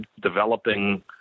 developing